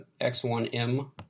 X1M